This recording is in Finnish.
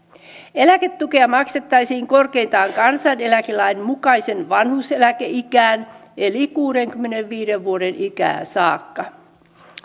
eläketukea maksettaisiin korkeintaan kansaneläkelain mukaiseen vanhuuseläkeikään eli kuudenkymmenenviiden vuoden ikään saakka